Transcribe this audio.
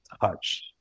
touch